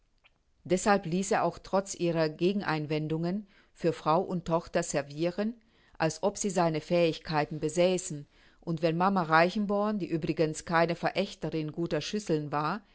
deßhalb ließ er auch trotz ihrer gegeneinwendungen für frau und tochter serviren als ob sie seine fähigkeiten besäßen und wenn mama reichenborn die übrigens keine verächterin guter schüsseln war